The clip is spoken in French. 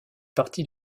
partie